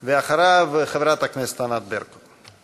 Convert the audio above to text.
ואחריו, חברת הכנסת ענת ברקו.